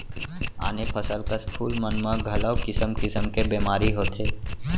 आने फसल कस फूल मन म घलौ किसम किसम के बेमारी होथे